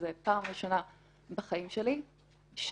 שזו פעם ראשונה בחיים שלי שמעולם,